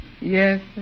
Yes